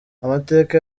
amateka